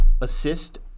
assist